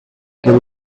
get